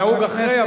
נהוג אחרי,